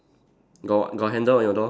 got got handle on your door